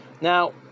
Now